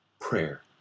prayer